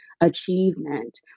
achievement